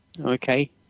Okay